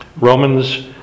Romans